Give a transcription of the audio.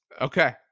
Okay